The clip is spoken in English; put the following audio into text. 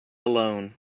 alone